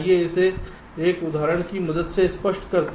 तो आइए इसे एक उदाहरण की मदद से स्पष्ट करते हैं